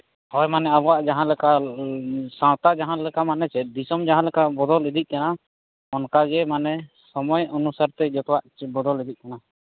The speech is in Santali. ᱦᱳᱭ ᱢᱟᱱᱮ ᱟᱵᱚᱣᱟᱜ ᱡᱟᱦᱟᱸᱞᱮᱠᱟ ᱥᱟᱶᱛᱟ ᱡᱟᱦᱟᱸᱞᱮᱠᱟ ᱢᱟᱱᱮ ᱪᱮᱫ ᱫᱤᱥᱚᱢ ᱡᱮᱞᱮᱠᱟ ᱵᱚᱫᱚᱞ ᱤᱫᱤᱜ ᱠᱟᱱᱟ ᱚᱱᱠᱟᱜᱮ ᱢᱟᱱᱮ ᱥᱚᱢᱚᱭ ᱚᱱᱩᱥᱟᱨᱛᱮ ᱡᱚᱛᱚᱣᱟᱜ ᱵᱚᱫᱚᱞ ᱤᱫᱤᱜ ᱠᱟᱱᱟ